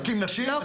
מכים נשים?